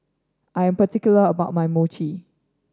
I am particular about my Mochi